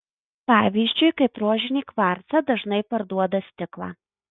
pavyzdžiui kaip rožinį kvarcą dažnai parduoda stiklą